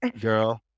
Girl